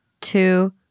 two